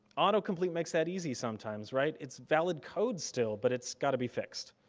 auto complete makes that easy sometimes, right? it's valid code still, but its gotta be fixed.